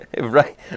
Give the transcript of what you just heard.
Right